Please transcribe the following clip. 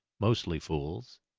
mostly fools.